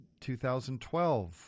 2012